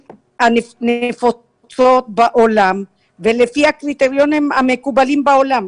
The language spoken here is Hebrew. הנפוצים בעולם ולפי הקריטריונים המקובלים בעולם.